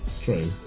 True